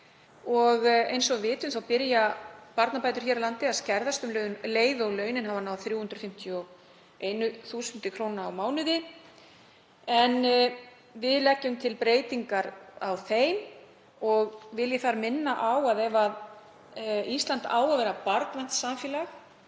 Eins og við vitum þá byrja barnabætur hér á landi að skerðast um leið og laun hafa náð 351 þús. kr. á mánuði en við leggjum til breytingar á þeim. Vil ég þar minna á að ef Ísland á að vera barnvænt samfélag,